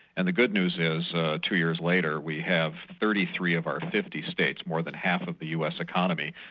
and the good news is two years later we have thirty three of our fifty states, more than half of the us economy,